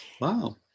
Wow